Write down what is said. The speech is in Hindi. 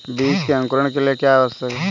बीज के अंकुरण के लिए क्या आवश्यक है?